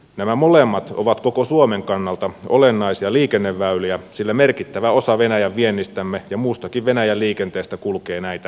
nämä molemmat ovat koko suomen kannalta olennaisia liikenneväyliä sillä merkittävä osa venäjän viennistämme ja muustakin venäjän liikenteestä kulkee näitä reittejä pitkin